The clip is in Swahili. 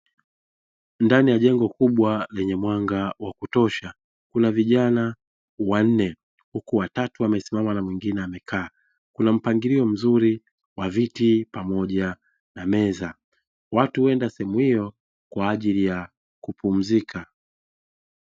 Ndani ya jengo kubwa lenye mwanga wa klutosha kuna vijana wanne, huku watatu wamesimama na mwingine amekaa. Kuna mpangilio mzuri wa viti pamoja na meza. Watu huenda sehemu hiyo kwa ajili ya kupumzika.